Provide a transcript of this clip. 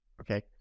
Okay